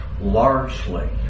largely